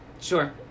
Sure